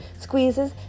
squeezes